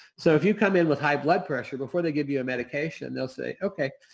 so, if you come in with high blood pressure before they give you a medication, they'll say, okay.